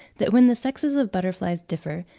that when the sexes of butterflies differ,